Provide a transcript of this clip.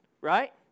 Right